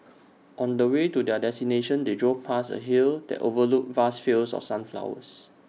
on the way to their destination they drove past A hill that overlooked vast fields of sunflowers